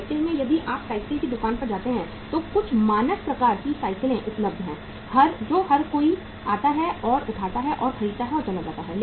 cycle में यदि आप साइकिल की दुकान पर जाते हैं तो कुछ मानक प्रकार की साइकिलें उपलब्ध हैं जो हर कोई आता है और उठाता है और खरीदता है और चला जाता है